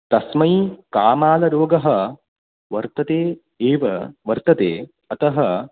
तस्मै कामालरोगः वर्तते एव वर्तते अतः